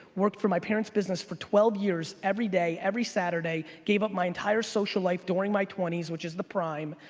worked for my parents business for twelve years everyday, every saturday, gave up my entire social life during my twenty s which is the prime.